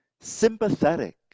sympathetic